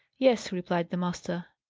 yes, replied the master.